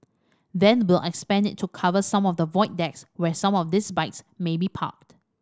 then we'll expand it to cover some of the void decks where some of these bikes may be parked